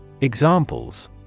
Examples